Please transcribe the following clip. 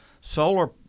solar